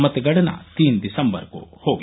मतगणना तीन दिसम्बर को होगी